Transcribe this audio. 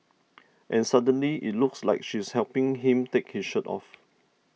and suddenly it looks like she's helping him take his shirt off